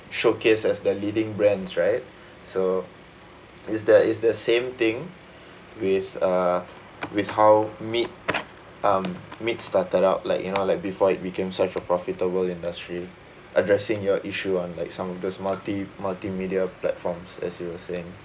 showcase as the leading brands right so is there is the same thing with uh with how meat um meat started out like you know like before it became such a profitable industry addressing your issue on like some of those multi multimedia platforms as you were saying